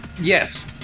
Yes